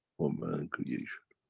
for man creation.